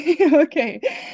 Okay